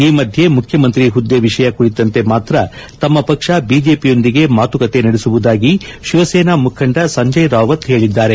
ಈ ಮಧ್ಯೆ ಮುಖ್ಯಮಂತ್ರಿ ಹುದ್ದೆ ವಿಷಯ ಕುರಿತಂತೆ ಮಾತ್ರ ತಮ್ಮ ಪಕ್ಷ ಬಿಜೆಪಿಯೊಂದಿಗೆ ಮಾತುಕತೆ ನಡೆಸುವುದಾಗಿ ಶಿವಸೇನಾ ಮುಖಂಡ ಸಂಜಯ್ ರಾವತ್ ಹೇಳಿದ್ದಾರೆ